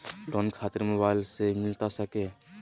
Loan खातिर mobile से मिलता सके?